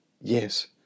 yes